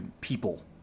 people